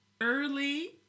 early